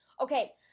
Okay